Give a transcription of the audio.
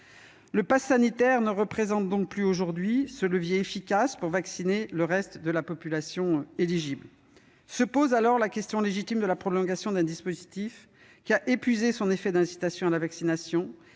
Le passe sanitaire ne représente plus aujourd'hui un levier efficace pour convaincre le reste de la population éligible de se faire vacciner. Se pose dès lors la question légitime de la prolongation d'un dispositif, qui a épuisé tous ses effets d'incitation à la vaccination,